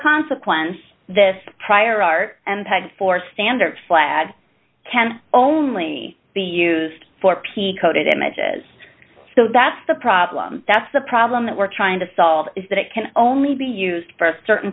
consequence this prior art and paid for standard flat can only be used for peacoat images so that's the problem that's the problem that we're trying to solve is that it can only be used for a certain